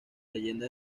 leyenda